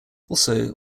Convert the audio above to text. also